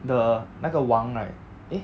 the 那个王 right eh